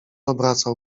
obracał